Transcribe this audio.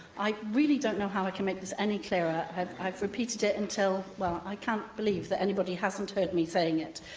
i really don't know how i can make this any clearer. i have repeated it until. well, i can't believe that anybody hasn't heard me saying it.